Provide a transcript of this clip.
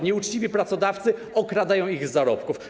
Nieuczciwi pracodawcy okradają ich z zarobków.